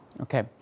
okay